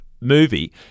movie